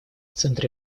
центре